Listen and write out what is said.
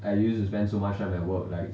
I used to spend so much time at work like